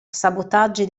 sabotaggi